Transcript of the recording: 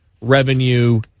revenue